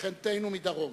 שכנתנו מדרום.